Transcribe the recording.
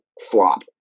flop